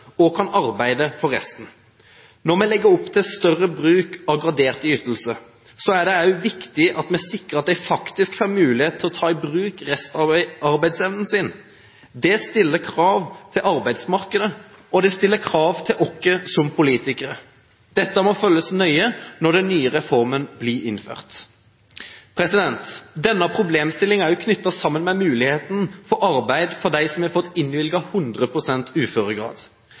og at de kan arbeide for resten. Når vi legger opp til større bruk av graderte ytelser, er det også viktig at vi sikrer at de faktisk får mulighet til å ta i bruk restarbeidsevnen sin. Det stiller krav til arbeidsmarkedet, og det stiller krav til oss som politikere. Dette må følges nøye når den nye reformen blir innført. Denne problemstillingen er også knyttet sammen med muligheten for arbeid for dem som har fått innvilget 100 pst. uføregrad.